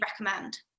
recommend